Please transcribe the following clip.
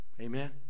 Amen